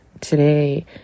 today